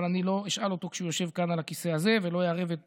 אבל אני לא אשאל אותו כשהוא יושב כאן על הכיסא הזה ולא אערב את